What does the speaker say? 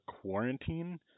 Quarantine